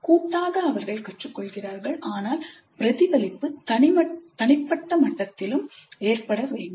கூட்டாக அவர்கள் கற்றுக்கொள்கிறார்கள் ஆனால் பிரதிபலிப்பு தனிப்பட்ட மட்டத்திலும் ஏற்பட வேண்டும்